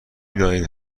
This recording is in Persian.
دانید